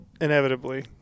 inevitably